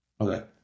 okay